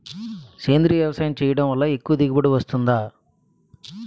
సేంద్రీయ వ్యవసాయం చేయడం వల్ల ఎక్కువ దిగుబడి వస్తుందా?